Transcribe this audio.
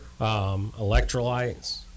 electrolytes